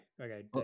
Okay